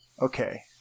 okay